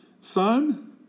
Son